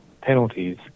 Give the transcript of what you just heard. penalties